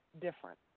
different